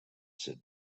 said